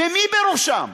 ומי בראשם?